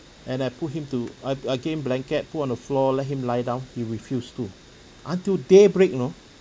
and I put him to I I gave him blanket put on the floor let him lie down he refused to until daybreak you know